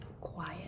quiet